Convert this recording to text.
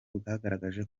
bwagaragaje